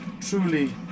truly